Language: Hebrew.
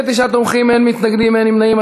29 תומכים, אין מתנגדים, אין נמנעים.